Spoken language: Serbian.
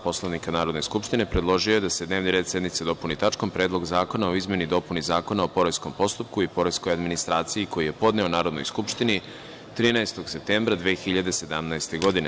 Poslovnika Narodne skupštine, predložio je da se dnevni red sednice dopuni tačkom – Predlog zakona o izmeni i dopuni Zakona o poreskom postupku i poreskoj administraciji, koji je podneo Narodnoj skupštini 13. septembra 2017. godine.